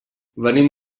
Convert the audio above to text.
venim